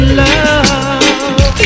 love